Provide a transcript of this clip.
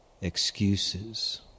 Excuses